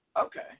Okay